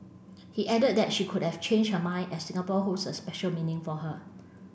he added that she could have changed her mind as Singapore holds a special meaning for her